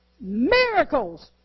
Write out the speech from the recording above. Miracles